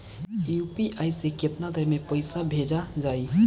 UPI से केतना देर मे पईसा भेजा जाई?